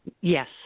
Yes